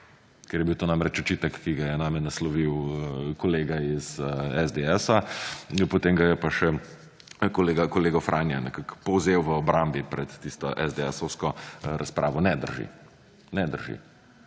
Ker je bil to namreč očitek, ki ga je name naslovil kolega iz SDS, potem ga je pa še kolega Franja nekako povzel v obrambi pred tisto SDS razpravo, ne drži. Če kaj